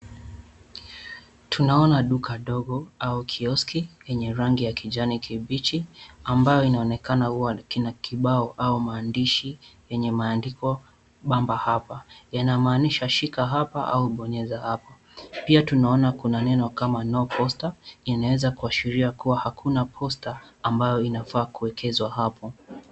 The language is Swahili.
Tunaona duka dogo au kioski yenye rangi ya kijani kibichi ambayo inaonekana huwa kina kibao au maandishi yenye maandiko bamba hapa. Yanamaanisha shika hapa au bonyeza hapa. Pia tunaona kuna neno kama [C]no posta[C]. Inaweza kuashiria kuwa hakuna posta ambayo inafaa kuwekezwa hapo.